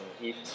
eat